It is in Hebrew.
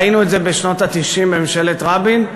ראינו את זה בשנות ה-90 בממשלת רבין,